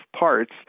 parts